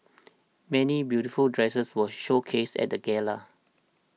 many beautiful dresses were showcased at the gala